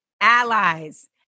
allies